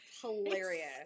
hilarious